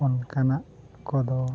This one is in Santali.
ᱚᱱᱠᱟᱱᱟᱜ ᱠᱚᱫᱚ